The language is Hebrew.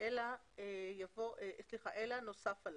אלא נוסו עליו,